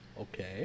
Okay